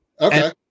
Okay